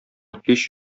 һич